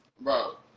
bro